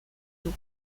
дух